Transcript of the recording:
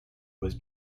was